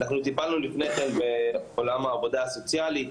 לפני כן אנחנו טיפלנו בעולם העבודה הסוציאלית.